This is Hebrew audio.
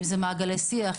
כמו מעגלי שיח,